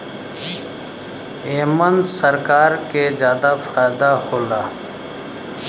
एमन सरकार के जादा फायदा होला